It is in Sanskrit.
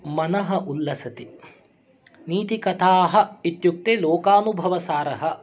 मनः उल्लसति नीतिकथाः इत्युक्ते लोकानुभवसारः